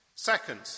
Second